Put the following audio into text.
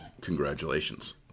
congratulations